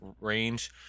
range